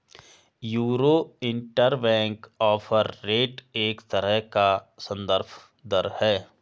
euro interbank offer rate एक तरह का सन्दर्भ दर है